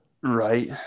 Right